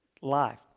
life